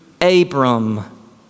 Abram